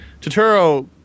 Totoro